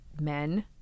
men